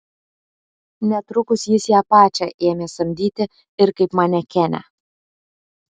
netrukus jis ją pačią ėmė samdyti ir kaip manekenę